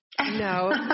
No